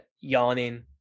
yawning